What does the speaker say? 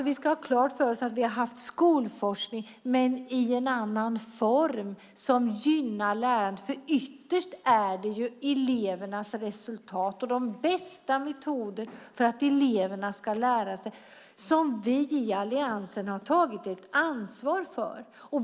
Vi ska ha klart för oss att vi har haft skolforskning, men i en annan form, som gynnat lärandet. Ytterst är det elevernas resultat och de bästa metoderna för att eleverna ska lära sig som vi i Alliansen har tagit ett ansvar för.